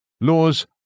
Law's